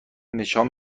نشان